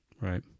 Right